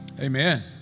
Amen